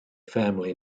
family